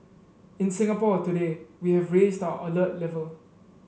in Singapore today we have raised our alert level